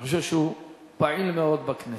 אני חושב שהוא פעיל מאוד בכנסת.